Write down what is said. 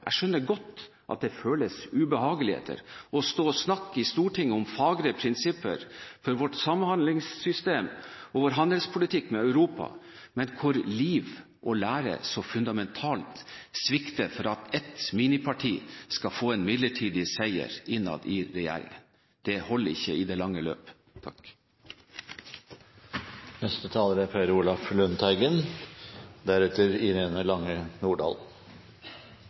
Jeg skjønner godt at det føles ubehagelig å stå og snakke i Stortinget om fagre prinsipper for vårt samhandlingssystem og vår handelspolitikk med Europa, men hvor liv og lære så fundamentalt svikter for at ett miniparti skal få en midlertidig seier innad i regjeringen. Det holder ikke i det lange løp. Som akademiker er